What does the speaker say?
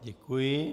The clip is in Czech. Děkuji.